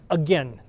again